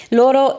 loro